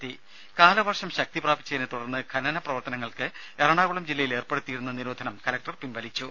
രുമ കാലവർഷം ശക്തി പ്രാപിച്ചതിനെ തുടർന്ന് ഖനന പ്രവർത്തനങ്ങൾക്ക് എറണാകുളം ജില്ലയിൽ ഏർപ്പെടുത്തിയിരുന്ന നിരോധനം കലക്ടർ പിൻവലിച്ചു